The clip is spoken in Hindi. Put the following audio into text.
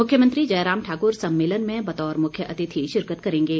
मुख्यमंत्री जयराम ठाक्र सम्मेलन में बतौर मुख्य अतिथि शिरकत करेंगे